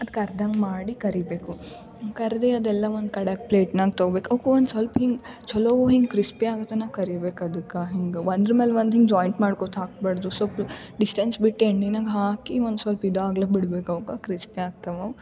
ಅದು ಕರ್ದಂಗೆ ಮಾಡಿ ಕರಿಬೇಕು ಕರಿದೆ ಅದೆಲ್ಲ ಒಂದು ಕಡೆ ಪ್ಲೇಟ್ನಾಗೆ ತೋಗೊಬೇಕ್ ಅವಕ್ಕು ಒಂದು ಸ್ವಲ್ಪ್ ಹಿಂಗೆ ಚೊಲೋ ಹಿಂಗೆ ಕ್ರಿಸ್ಪಿ ಆಗೋತನ ಕರಿಬೇಕು ಅದುಕ್ಕೆ ಹಿಂಗೆ ಒಂದ್ರಮೇಲ್ ಒಂದು ಹಿಂಗೆ ಜಾಯಿಂಟ್ ಮಾಡಿಕೋತ ಹಾಕಬಾರ್ದು ಸೊಲ್ಪು ಡಿಸ್ಟೆನ್ಸ್ ಬಿಟ್ಟು ಎಣ್ಣೆನಾಗ್ ಹಾಕಿ ಒಂದು ಸ್ವಲ್ಪ್ ಇದಾಗ್ಲಿಕ್ ಬಿಡ್ಬೇಕು ಅವ್ಕಾ ಕ್ರಿಸ್ಪಿ ಆಗ್ತವವು